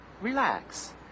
relax